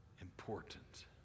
important